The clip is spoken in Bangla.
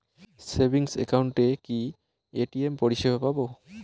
সেভিংস একাউন্টে কি এ.টি.এম পরিসেবা পাব?